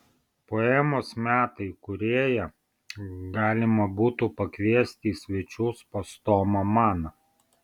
poemos metai kūrėją galima būtų pakviesti į svečius pas tomą maną